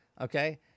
Okay